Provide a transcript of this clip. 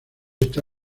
esta